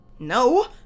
No